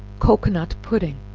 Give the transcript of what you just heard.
cocoanut pudding.